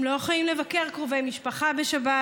הם לא יכולים לבקר קרובי משפחה בשבת,